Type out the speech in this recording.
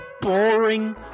boring